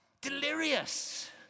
delirious